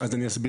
אז אני אסביר.